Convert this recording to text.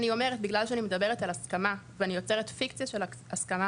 בגלל שאני מדברת על הסכמה ואני יוצרת פיקציה של הסכמה,